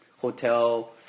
hotel